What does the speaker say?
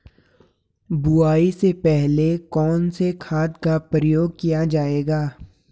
बुआई से पहले कौन से खाद का प्रयोग किया जायेगा?